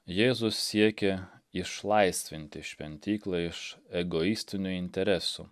jėzus siekė išlaisvinti šventyklą iš egoistinių interesų